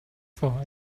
for